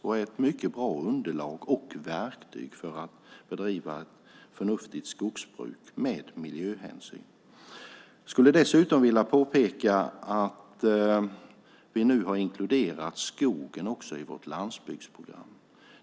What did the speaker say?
De är ett mycket bra verktyg för att bedriva förnuftigt skogsbruk med miljöhänsyn. Jag skulle dessutom vilja påpeka att vi nu har inkluderat skogen också i vårt landsbygdsprogram.